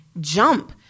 jump